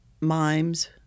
mimes